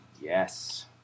Yes